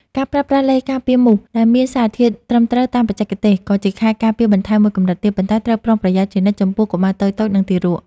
ការប្រើប្រាស់ឡេការពារមូសដែលមានសារធាតុត្រឹមត្រូវតាមបច្ចេកទេស ក៏ជាខែលការពារបន្ថែមមួយកម្រិតទៀត ប៉ុន្តែត្រូវប្រុងប្រយ័ត្នជានិច្ចចំពោះកុមារតូចៗ និងទារក។